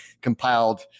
compiled